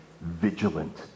vigilant